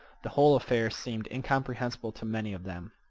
the whole affair seemed incomprehensible to many of them.